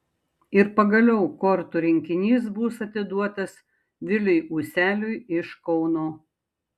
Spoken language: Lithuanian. ir pagaliau kortų rinkinys bus atiduotas viliui useliui iš kauno